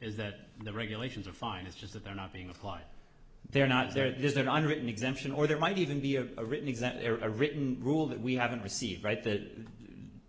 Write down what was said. is that the regulations are fine it's just that they're not being applied they're not there there's an unwritten exemption or there might even be a written exam a written rule that we haven't received right that